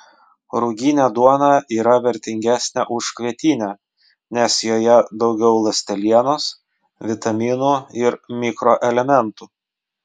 ruginė duona yra vertingesnė už kvietinę nes joje daugiau ląstelienos vitaminų ir mikroelementų